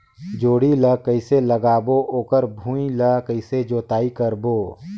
जोणी ला कइसे लगाबो ओकर भुईं ला कइसे जोताई करबो?